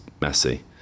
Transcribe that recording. messy